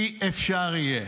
אי-אפשר יהיה.